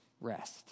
rest